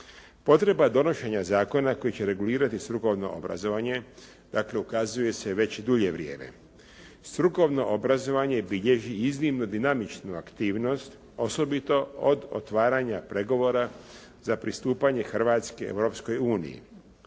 Potreba donošenja zakona koji će regulirati strukovno obrazovanja, dakle ukazuje se već dulje vrijeme. Strukovno obrazovanje bilježi iznimno dinamičnu aktivnost, osobito od otvaranja pregovora za pristupanje Hrvatske